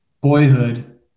boyhood